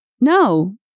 No